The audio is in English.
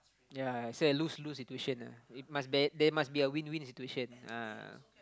ya I say lose lose situation ah it must there must be a win win situation ah